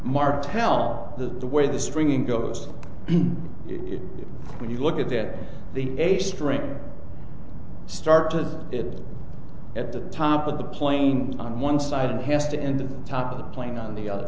martel the way the springing goes in it when you look at that the a string started it at the top of the plane on one side and has to end the top of the plane on the other